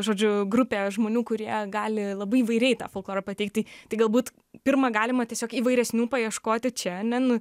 žodžiu grupė žmonių kurie gali labai įvairiai tą folklorą pateikt tai tai galbūt pirma galima tiesiog įvairesnių paieškoti čia ne nu